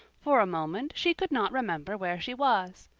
for a moment she could not remember where she was.